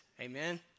Amen